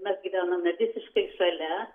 mes gyvenome visiškai šalia